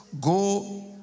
go